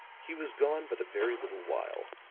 he was gone but a very little while,